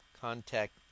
contact